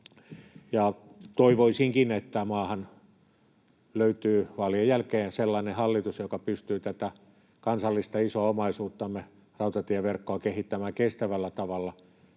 Toivoisinkin, että maahan löytyy vaalien jälkeen sellainen hallitus, joka pystyy tätä kansallista isoa omaisuuttamme, rautatieverkkoa, kehittämään kestävällä tavalla